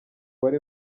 bari